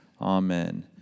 Amen